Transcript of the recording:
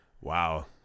Wow